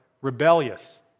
rebellious